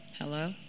Hello